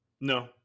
No